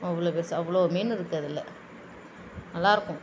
அவ்வளோ பெருசு அவ்வளோ மீன் இருக்குது அதில் நல்லா இருக்கும்